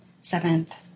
seventh